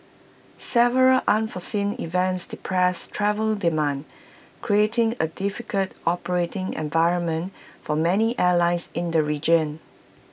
several unforeseen events depressed travel demand creating A difficult operating environment for many airlines in the region